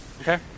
Okay